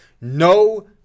no